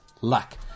luck